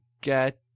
get